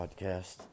podcast